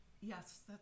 Yes